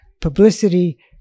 publicity